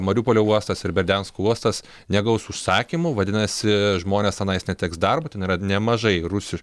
mariupolio uostas ir berdiansko uostas negaus užsakymų vadinasi žmonės tenais neteks darbo ten yra nemažai rusiš